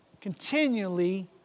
Continually